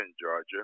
Georgia